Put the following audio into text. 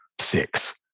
six